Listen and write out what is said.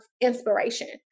inspiration